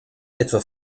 etwa